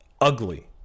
ugly